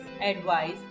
advice